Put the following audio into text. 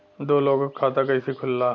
दो लोगक खाता कइसे खुल्ला?